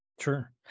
Sure